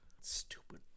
Stupid